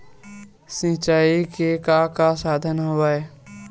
सिंचाई के का का साधन हवय?